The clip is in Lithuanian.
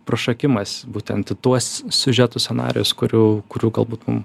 prašokimas būtent į tuos siužetus scenarijus kurių kurių galbūt mum